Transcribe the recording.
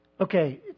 okay